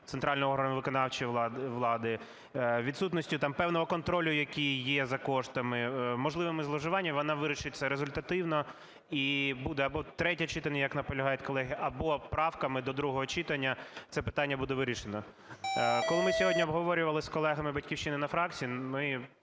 центрального органу виконавчої влади, відсутності там певного контролю, який є за коштами, можливими зловживаннями, вона вирішить це результативно і буде або третє читання, як наполягають колеги, або правками до другого читання це питання буде вирішено. Коли ми сьогодні обговорювали з колегами "Батьківщини" на фракції, ми